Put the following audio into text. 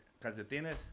calcetines